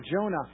Jonah